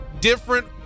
different